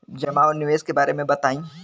जमा और निवेश के बारे मे बतायी?